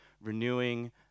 renewing